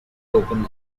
open